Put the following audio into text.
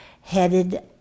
headed